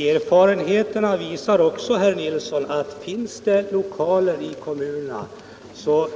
Fru talman! Erfarenheterna visar också, herr Nilsson i Östersund, att finns det lokaler i kommunerna så